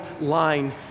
line